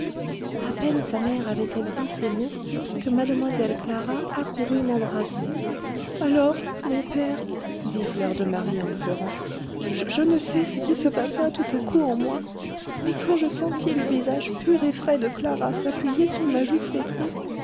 à peine sa mère avait-elle dit ces mots que mlle clara accourut m'embrasser alors mon père dit fleur de marie en pleurant je ne sais ce qui se passa tout à coup en moi mais quand je sentis le visage pur et frais de clara s'appuyer sur ma joue flétrie